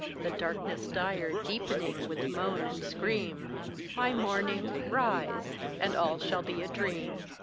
the darkness dire deepening with moan and scream my morning, rise, and all shall be a dream.